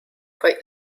quite